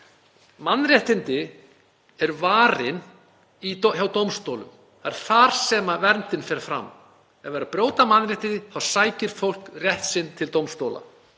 Mannréttindi eru varin hjá dómstólum. Það er þar sem verndin fer fram. Ef verið er að brjóta mannréttindi þá sækir fólk rétt sinn til dómstóla.